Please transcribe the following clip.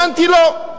הבנתי, לא.